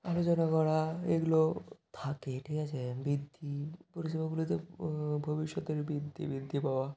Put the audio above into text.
আলোচনা করা এগুলো থাকে ঠিক আছে বৃদ্ধি পরিষেবাগুলোতে ভবিষ্যতের বৃদ্ধি বৃদ্ধি পাওয়া